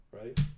right